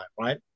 right